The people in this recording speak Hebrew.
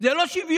זה לא שוויון.